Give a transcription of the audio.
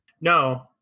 No